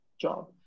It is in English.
job